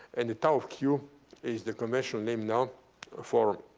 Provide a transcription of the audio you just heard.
and the tau of q is the conventional name now ah for